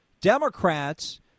Democrats